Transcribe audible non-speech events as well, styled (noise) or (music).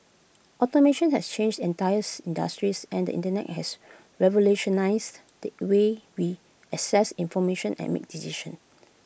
automation has changed entire (unintelligible) industries and the Internet has revolutionised the way we access information and make decisions